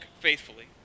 faithfully